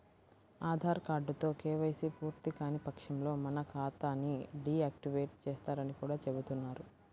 ఆధార్ కార్డుతో కేవైసీ పూర్తికాని పక్షంలో మన ఖాతా ని డీ యాక్టివేట్ చేస్తారని కూడా చెబుతున్నారు